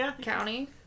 County